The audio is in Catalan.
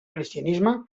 cristianisme